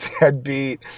deadbeat